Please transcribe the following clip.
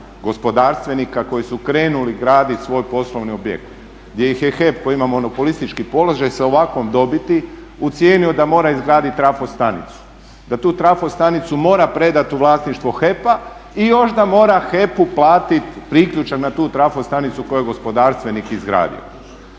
gospodarstvenika koji su krenuli graditi svoj poslovni objekt gdje ih je HEP koji ima monopolistički položaj sa ovakvom dobiti ucijenio da mora izgraditi trafostanicu, da tu trafostanicu mora predati u vlasništvo HEP-a i još mora HEP-u platiti priključak na tu trafostanicu koju je gospodarstvenik izgradio.